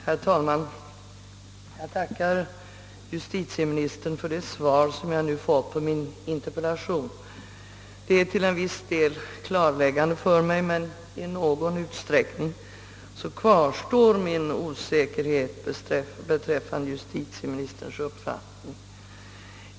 Herr talman! Jag tackar justitieministern för det svar jag nu fått på min interpellation. Det är till viss del klarläggande för mig, men i någon utsträckning kvarstår min osäkerhet beträffande justitieministerns uppfattning.